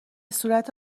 صورت